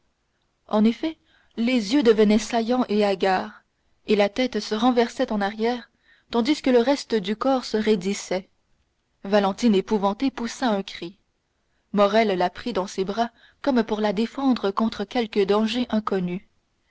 en effet les yeux devenaient saillants et hagards et la tête se renversait en arrière tandis que le reste du corps se raidissait valentine épouvantée poussa un cri morrel la prit dans ses bras comme pour la défendre contre quelque danger inconnu